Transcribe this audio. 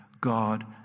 God